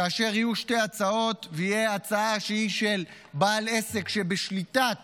כאשר יהיו שתי הצעות ותהיה הצעה שהיא של עסק שבשליטת